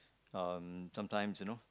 um sometimes you know